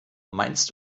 meinst